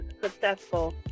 successful